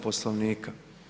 Poslovnika.